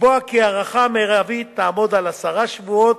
לקבוע כי ההארכה המרבית תעמוד על עשרה שבועות,